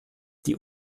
die